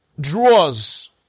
draws